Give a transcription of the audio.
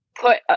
put